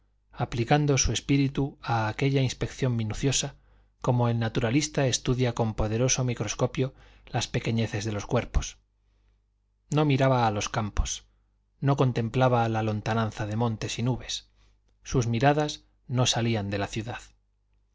aplicando su espíritu a aquella inspección minuciosa como el naturalista estudia con poderoso microscopio las pequeñeces de los cuerpos no miraba a los campos no contemplaba la lontananza de montes y nubes sus miradas no salían de la ciudad